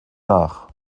nach